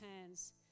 hands